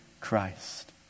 Christ